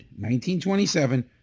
1927